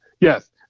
yes